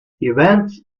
events